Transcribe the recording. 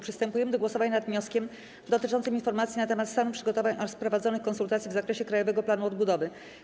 Przystępujemy do głosowania nad wnioskiem dotyczącym informacji na temat stanu przygotowań oraz prowadzonych konsultacji w zakresie Krajowego Planu Odbudowy.